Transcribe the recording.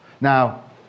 Now